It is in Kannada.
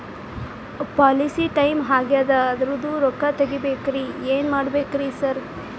ಪಾಲಿಸಿ ಟೈಮ್ ಆಗ್ಯಾದ ಅದ್ರದು ರೊಕ್ಕ ತಗಬೇಕ್ರಿ ಏನ್ ಮಾಡ್ಬೇಕ್ ರಿ ಸಾರ್?